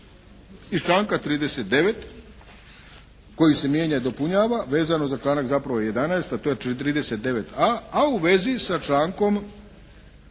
iz članka 39. koji se mijenja i dopunjava vezano za članak zapravo 11. a to je 39a. a u vezi sa člankom